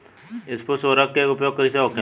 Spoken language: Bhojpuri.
स्फुर उर्वरक के उपयोग कईसे होखेला?